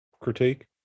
critique